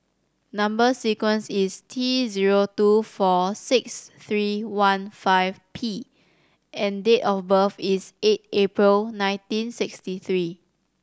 number sequence is T zero two four six three one five P and date of birth is eight April nineteen sixty three